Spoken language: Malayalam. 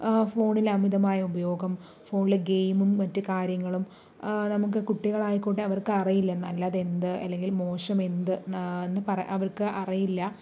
ഫോണില് അമിതമായ ഉപയോഗം ഫോണിൽ ഗെയിമും മറ്റ് കാര്യങ്ങളും നമുക്ക് കുട്ടികളായിക്കോട്ടെ അവർക്കറിയില്ല നല്ലതെന്ത് അല്ലെങ്കിൽ മോശമെന്ത് എന്ന് പറ അവർക്ക് അറിയില്ല